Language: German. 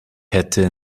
hätte